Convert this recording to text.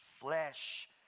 flesh